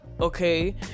okay